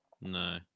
No